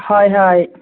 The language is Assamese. হয় হয়